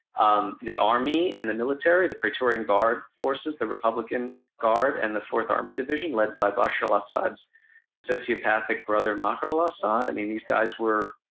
um the army, and the military, the praetorian guard forces, the republican guard, and the fourth armor division, led by bashar al-assad's sociopathic brother, maher al-assad. i mean this guys were